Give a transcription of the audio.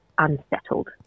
unsettled